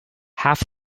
half